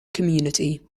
community